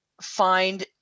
find